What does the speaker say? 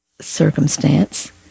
circumstance